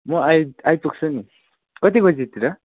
म आइ आइपुग्छु नि कति बजीतिर